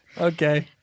Okay